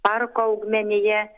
parko augmenija